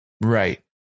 Right